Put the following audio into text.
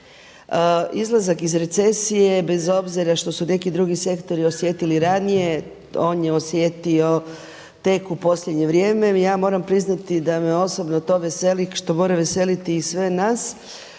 Izlazak iz recesije je bez obzira što su neki drugi sektori osjetili ranije, on je osjetio tek u posljednje vrijeme. Ja moram priznati da me osobno to veseli što mora veseliti i sve nas.